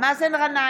מאזן גנאים,